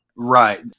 Right